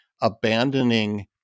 abandoning